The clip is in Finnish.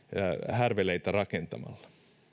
härveleitä rakentamalla